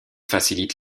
facilite